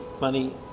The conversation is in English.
money